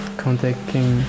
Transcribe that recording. contacting